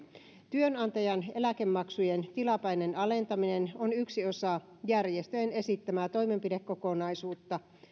työnantajan eläkemaksujen tilapäinen alentaminen on yksi osa järjestöjen esittämää toimenpidekokonaisuutta